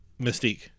Mystique